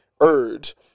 urge